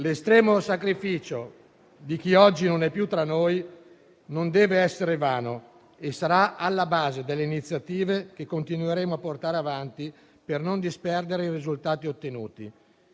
L'estremo sacrificio di chi oggi non è più tra noi non deve essere vano e sarà alla base delle iniziative che continueremo a portare avanti per non disperdere i risultati ottenuti.